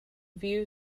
view